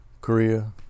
Korea